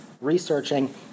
researching